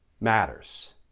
matters